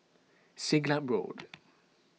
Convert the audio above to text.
Siglap Road